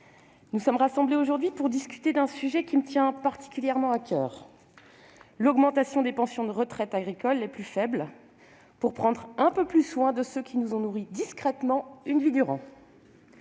nous sommes rassemblés aujourd'hui pour discuter d'un sujet qui me tient particulièrement à coeur : l'augmentation des pensions de retraite agricoles les plus faibles, pour prendre un peu plus soin de ceux qui nous ont nourris discrètement leur vie durant.